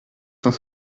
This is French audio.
cent